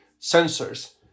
sensors